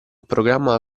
programma